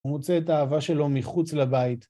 הוא מוצא את האהבה שלו מחוץ לבית.